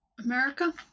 America